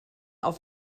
auf